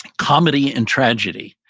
comedy and tragedy,